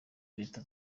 leta